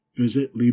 visit